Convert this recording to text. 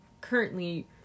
currently